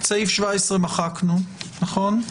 סעיף 17 מחקנו, נכון?